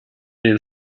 den